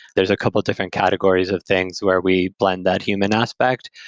there're a couple of different categories of things where we blend that human aspect.